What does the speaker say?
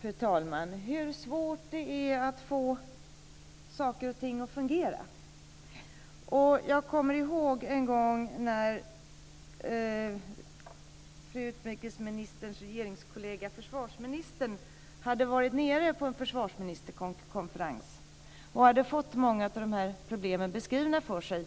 för utrikesministern hur svårt det är att få saker och ting att fungera. Jag kommer ihåg en gång när fru utrikesministerns regeringskollega försvarsministern hade varit där nere på en försvarsministerkonferens och hade fått många av de här problemen beskrivna för sig.